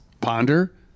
ponder